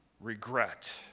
regret